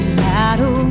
matter